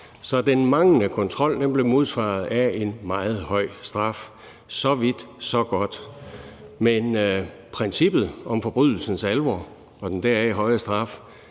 Så den manglende kontrol blev modsvaret af en meget høj straf. Så vidt, så godt. Men princippet om forbrydelsens alvor og den deraf høje straf